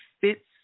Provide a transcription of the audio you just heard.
fits